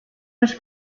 was